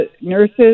nurses